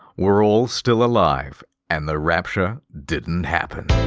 we're all still alive and the rapture didn't happen.